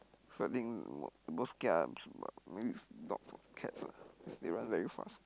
so I think mo~ most kia I'm about maybe it's dogs or cats ah cause they run very fast